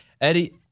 Eddie